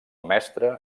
mestre